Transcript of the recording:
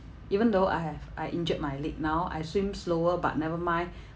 even though I have I injured my leg now I swim slower but never mind